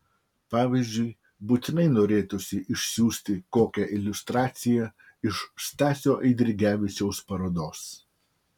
pavyzdžiui būtinai norėtųsi išsiųsti kokią iliustraciją iš stasio eidrigevičiaus parodos